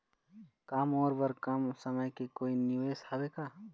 का मोर बर कम समय के कोई निवेश हावे का?